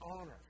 honor